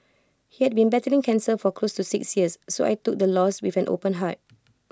he had been battling cancer for close to six years so I took the loss with an open heart